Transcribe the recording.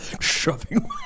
shoving